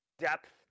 depth